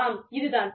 ஆம் இது தான்